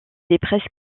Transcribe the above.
étaient